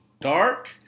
dark